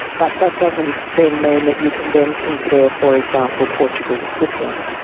but that doesn't then mean that you can then compare, for example, portugal with switzerland.